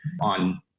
on